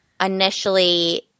initially